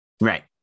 Right